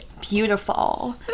Beautiful